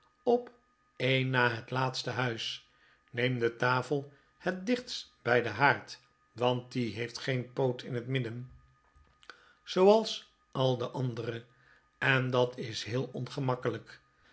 op een na net laatste huis neem de tafel het dichtst bij den haard want die heeft geen poot in het midden zooals al de andere en dat is heel ongemakkelijk